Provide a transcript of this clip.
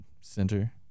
center